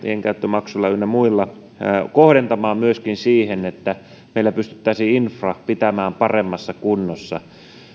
tienkäyttömaksuilla ynnä muilla myöskin kohdentamaan siihen että meillä pystyttäisin infra pitämään paremmassa kunnossa